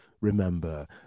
remember